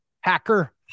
Hacker